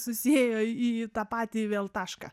susiėjo į į tą patį vėl tašką